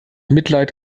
mitleid